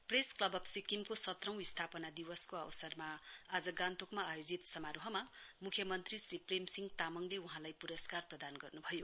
press club of सिक्किमको सत्रौं स्थापना दिवसको अवसरमा आज गान्तोकमा आयोजित समारोहमा मुख्य मन्त्री श्री प्रेमसिंह तामङले वहाँलाई प्रस्कार प्रदान गर्न् भयो